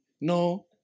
No